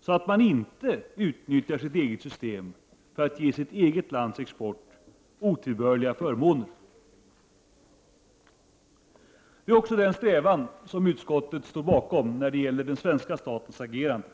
så att man inte utnyttjar sitt eget system för att ge sitt eget lands export otillbörliga förmåner. Denna strävan står utskottet bakom när det gäller den svenska statens agerande.